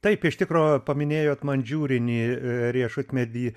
taip iš tikro paminėjot mandžiūrinį riešutmedį